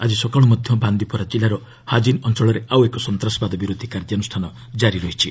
ଆଜି ସକାଳୁ ମଧ୍ୟ ବାନ୍ଦିପୋରା ଜିଲ୍ଲାର ହାଜିନ୍ ଅଞ୍ଚଳରେ ଆଉ ଏକ ସନ୍ତାସବାଦ ବିରୋଧ କାର୍ଯ୍ୟାନ୍ରଷ୍ଠାନ ଜାରି ରହିଛି